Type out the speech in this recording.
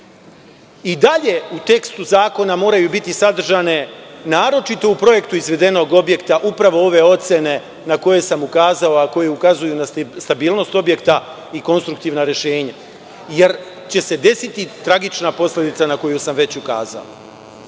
dalje u tekstu zakona moraju biti sadržane, naročito u projektu izvedenog objekta, upravo ove ocene na koje sam ukazao, a koje ukazuju na stabilnost objekta i konstruktivna rešenja, jer će se desiti tragična posledica na koju sam već ukazao. Ono